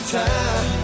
time